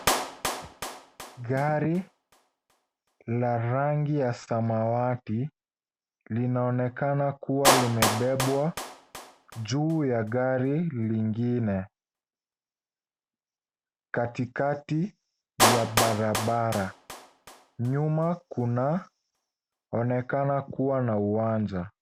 Gari la rangi ya samawati linaonekana kuwa limebebwa juu ya gari lingine katikati ya barabara. Nyuma kunaonekana kuwa na uwanja.